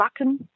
Wacken